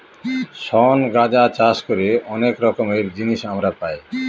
শন গাঁজা চাষ করে অনেক রকমের জিনিস আমরা পাই